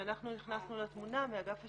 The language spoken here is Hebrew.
כשאנחנו נכנסנו לתמונה מאגף השיקום,